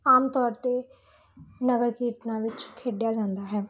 ਆਮ ਤੌਰ 'ਤੇ ਨਗਰ ਕੀਰਤਨਾਂ ਵਿੱਚ ਖੇਡਿਆ ਜਾਂਦਾ ਹੈ